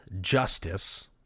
justice